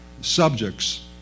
subjects